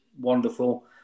wonderful